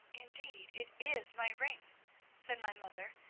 indeed it is my ring said my mother,